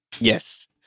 Yes